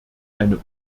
eine